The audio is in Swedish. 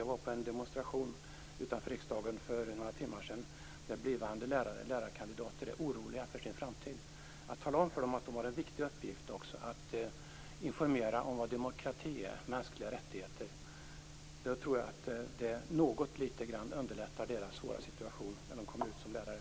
Jag var på en demonstration utanför riksdagen för några timmar sedan där blivande lärare, lärarkandidater, visade att de är oroliga för sin framtid. Man måste tala om för dem att de har en viktig uppgift också när det gäller att informera om vad demokrati och mänskliga rättigheter är. Jag tror att det något underlättar deras svåra situation när de kommer ut som lärare.